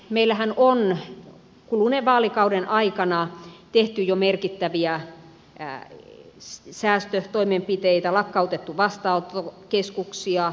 meillähän on kuluneen vaalikauden aikana tehty jo merkittäviä säästötoimenpiteitä lakkautettu vastaanottokeskuksia supistettu majoituskapasiteettia